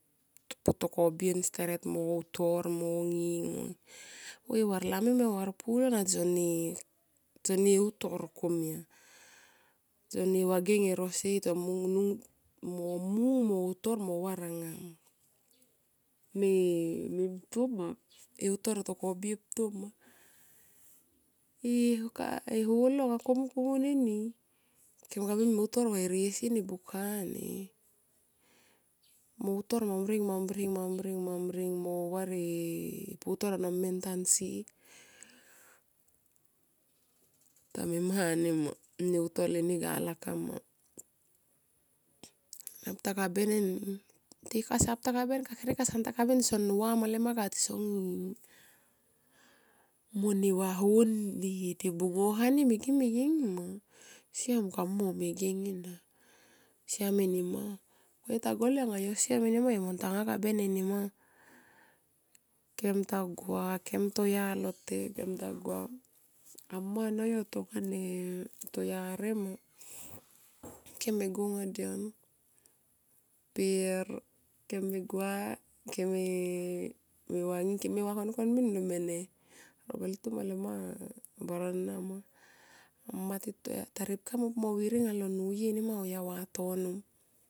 Pa to kobien steret mo utor mo nging. Var lami mo varpulo son utor komia. Son ni vageng erosi. Song munh mo utor movar e ronga me mto ma e heutor ato kobie e pto ma. E holo anga komun, komun eni ke kame mungto e rosini buka ni, mo utor mambring, mambring, mambring mo var e putor ano mmen tansi. Ta memha nima neutol eni ga lakap ma. Na putakaben eni. Kasa putakaben kakere sa putakaben eni tisonuva mele maka tison nging. Mo ne vaho ni, ne bungo han me geng me geng ma. Siam kamui mo megeng eni. Siam enima. Yota gole anga yo siam eniama yome ntanga kaben enima. Ken tagua kem toya loto kem ta gua a mma no yo tongane toyare ma, keme go nga dian per kem me gua keme vanging keme vakonkon min lo mene ro bel tan alen barana ma, amo. Ta ripka mo pu mo viri mma lo nuye auya vatono.